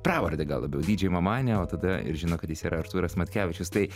pravardę gal labiau dydžėj mamanė o tada ir žino kad jis yra artūras matkevičius tai